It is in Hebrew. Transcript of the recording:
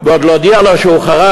ועוד להודיע לו שהוא חרג,